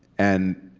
and